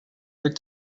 with